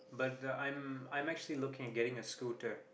but I'm I'm actually looking into getting a scooter